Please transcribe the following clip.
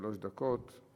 שלוש דקות.